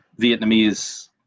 Vietnamese